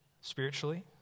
spiritually